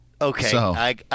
Okay